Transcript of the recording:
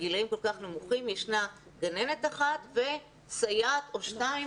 בגילאים כל כך נמוכים ישנה גננת אחת וסייעת או שתיים,